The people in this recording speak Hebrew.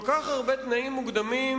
כל כך הרבה תנאים מוקדמים,